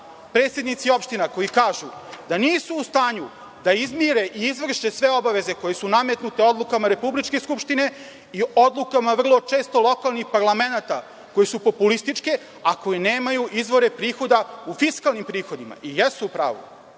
predsednici opština koji kažu da nisu u stanju da izmire i izvrše sve obaveze koje su nametnute odlukama republičke Skupštine i odlukama vrlo često lokalnih parlamenata koje su populističke, a koje nemaju izvore prihoda u fiskalnim prihodima. I jesu u pravu.